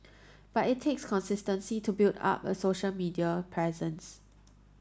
but it takes consistency to build up a social media presence